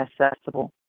accessible